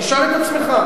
תשאל את עצמך.